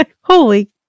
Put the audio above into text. Holy